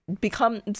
become